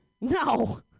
No